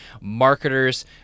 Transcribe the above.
marketers